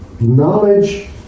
Knowledge